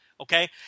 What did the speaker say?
Okay